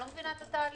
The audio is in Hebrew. אני לא מבינה את התהליך.